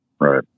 Right